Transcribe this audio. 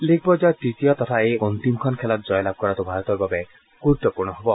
league পৰ্যায়ৰ তৃতীয় তথা এই অন্তিমখন খেলত জয়লাভ কৰাটো ভাৰতৰ বাবে গুৰুত্বপূৰ্ণ হ'ব